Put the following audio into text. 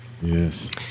Yes